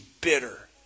bitter